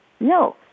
No